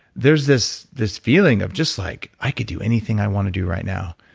there's this this feeling of just like, i could do anything i want to do right now.